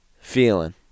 feeling